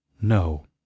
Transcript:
No